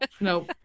No